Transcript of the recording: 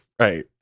right